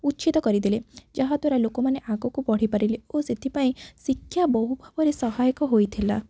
ଉଚ୍ଛେଦ କରିଦେଲେ ଯାହା ଦ୍ୱାରା ଲୋକମାନେ ଆଗକୁ ବଢ଼ିପାରିଲେ ଓ ସେଥିପାଇଁ ଶିକ୍ଷା ବହୁ ଭାବରେ ସହାୟକ ହୋଇଥିଲା